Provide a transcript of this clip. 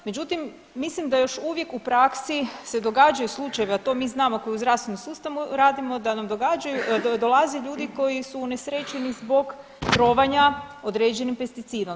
Međutim, mislim da još uvijek u praksi se događaju slučajevi, a to mi znamo koji u zdravstvenom sustavu radimo da nam događaju, dolaze ljudi koji su unesrećeni zbog trovanja određenim pesticidom.